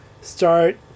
start